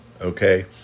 okay